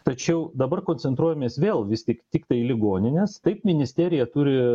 tačiau dabar koncentruojamės vėl vis tik tiktai į ligoninės taip ministerija turi